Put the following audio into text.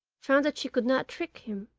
found that she could not trick him,